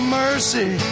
mercy